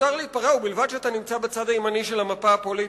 מותר להתפרע ובלבד שאתה נמצא בצד הימני של המפה הפוליטית.